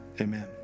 Amen